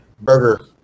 burger